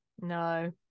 no